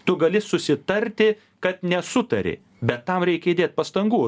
tu gali susitarti kad nesutari bet tam reikia įdėt pastangų